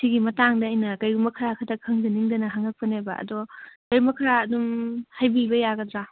ꯁꯤꯒꯤ ꯃꯇꯥꯡꯗ ꯑꯩꯅ ꯀꯔꯤꯒꯨꯝꯕ ꯈꯔ ꯈꯛꯇꯪ ꯈꯪꯖꯅꯤꯡꯗꯅ ꯍꯪꯂꯛꯄꯅꯦꯕ ꯑꯗꯣ ꯀꯔꯤꯒꯨꯝꯕ ꯈꯔ ꯑꯗꯨꯝ ꯍꯥꯏꯕꯤꯕ ꯌꯥꯒꯗ꯭ꯔꯥ